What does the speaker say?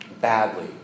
badly